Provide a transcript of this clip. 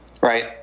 right